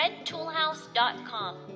redtoolhouse.com